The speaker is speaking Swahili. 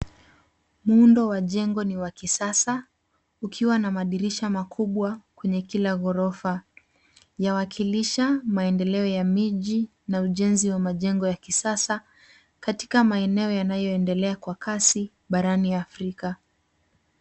Muundo wa jengo ni wa kisasa, ukiwa na madirisha makubwa kwenye kila ghorofa. Yawakilisha maendeleo ya miji na ujenzi wa majengo ya kisasa katika maeneo yanayoendelea kwa kasi barani Afrika.